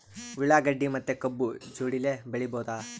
ಉಳ್ಳಾಗಡ್ಡಿ ಮತ್ತೆ ಕಬ್ಬು ಜೋಡಿಲೆ ಬೆಳಿ ಬಹುದಾ?